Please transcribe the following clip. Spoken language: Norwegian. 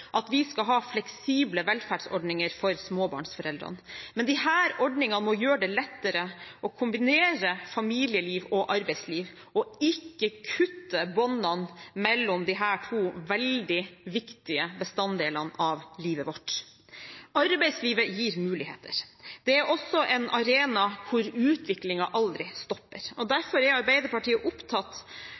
at vi skal ha fleksible velferdsordninger for småbarnsforeldrene, men disse ordningene må gjøre det lettere å kombinere familieliv og arbeidsliv, og ikke kutte båndene mellom disse to veldig viktige bestanddelene i livet vårt. Arbeidslivet gir muligheter. Det er også en arena hvor utviklingen aldri stopper. Derfor er Arbeiderpartiet opptatt